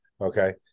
okay